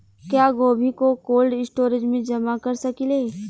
क्या गोभी को कोल्ड स्टोरेज में जमा कर सकिले?